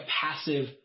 passive